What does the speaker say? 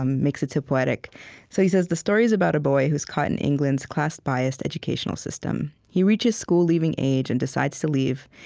um makes it so poetic so he says, the story is about a boy who is caught in england's class-biased educational system. he reaches school-leaving age and decides to leave,